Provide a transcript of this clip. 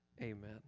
Amen